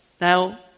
now